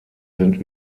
sind